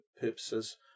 purposes